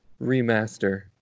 remaster